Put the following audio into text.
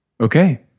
Okay